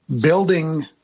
Building